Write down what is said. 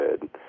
good